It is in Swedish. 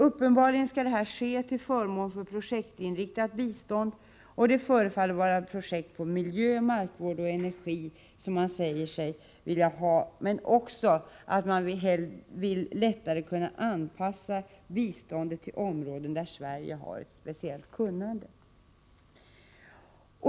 Uppenbarligen skall detta ske till förmån för projektinriktat bistånd — det förefaller gälla projekt beträffande miljö, markvård och energi — och man säger sig också vilja lättare kunna anpassa biståndet till områden där Sverige har ett speciellt kunnande.